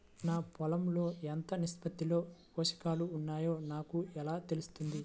నా పొలం లో ఎంత నిష్పత్తిలో పోషకాలు వున్నాయో నాకు ఎలా తెలుస్తుంది?